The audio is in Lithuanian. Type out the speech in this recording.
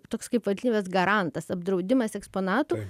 toks kaip valstybės garantas apdraudimas eksponatų